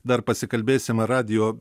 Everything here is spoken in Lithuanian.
dar pasikalbėsim radijo